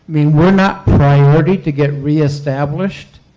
mean, we're not priority to get re-established?